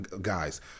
guys